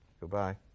Goodbye